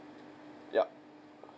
yup